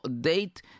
date